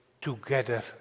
together